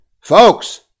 Folks